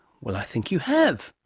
well, i think you have.